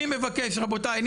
אני מבקש רבותיי,